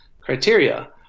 criteria